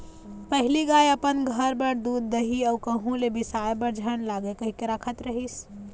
पहिली गाय अपन घर बर दूद, दही अउ कहूँ ले बिसाय बर झन लागय कहिके राखत रिहिस